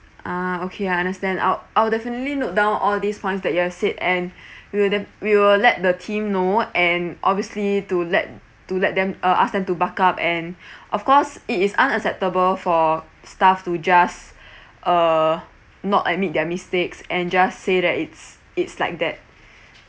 ah okay I understand I'll I'll definitely note down all these points that you have said and we will def~ we will let the team know and obviously to let to let them uh ask them to buck up and of course it is unacceptable for staff to just uh not admit their mistakes and just say that it's it's like that